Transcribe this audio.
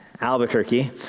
Albuquerque